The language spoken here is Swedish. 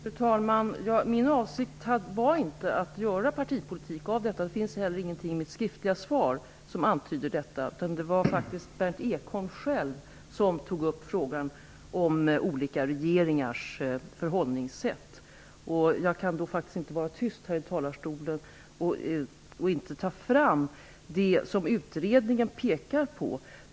Fru talman! Min avsikt var inte att göra partipolitik av detta. Det finns ingenting i mitt frågesvar som antyder någonting sådant. Det var faktiskt Berndt Ekholm själv som tog upp frågan om olika regeringars förhållningssätt. Jag kan då inte vara tyst här i talarstolen och inte ta fram vad utredningen pekar på.